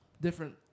different